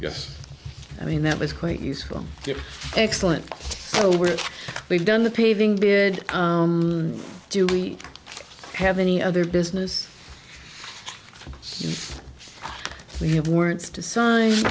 yes i mean that was quite useful if excellent so where we've done the paving bid do we have any other business we have words to sign